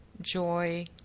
joy